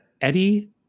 Eddie